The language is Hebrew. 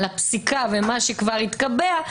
על הפסיקה ומה שכבר התקבע,